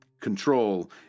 control